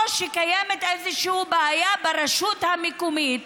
או שקיימת איזושהי בעיה ברשות המקומית,